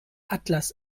atlas